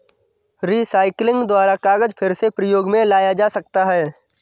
recycling द्वारा कागज फिर से प्रयोग मे लाया जा सकता है